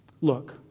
Look